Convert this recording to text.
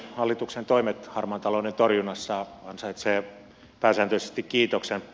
hallituksen toimet harmaan talouden torjunnassa ansaitsevat pääsääntöisesti kiitoksen